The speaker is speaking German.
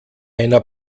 einer